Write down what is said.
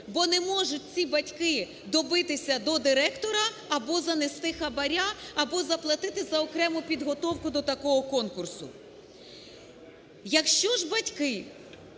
бо не можуть ці батьки добитися до директора або занести хабара, або заплатити за окрему підготовку до такого конкурсу. Якщо ж батьки